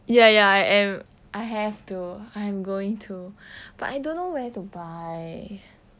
ya ya I am I have to I am going to but I don't know where to buy